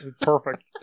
Perfect